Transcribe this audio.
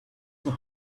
the